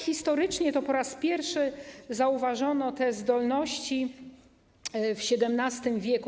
Historycznie po raz pierwszy zauważono te zdolności w XVII w.